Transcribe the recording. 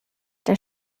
der